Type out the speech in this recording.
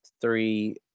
three